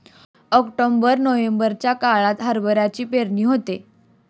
October नोव्हेंबरच्या काळात हरभऱ्याची पेरणी होते